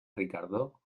ricardo